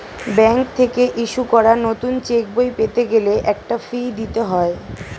bank থেকে issue করা নতুন চেকবই পেতে গেলে একটা ফি দিতে হয়